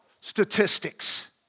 statistics